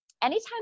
Anytime